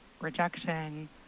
rejection